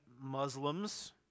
Muslims